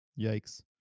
yikes